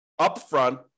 upfront